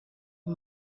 uyu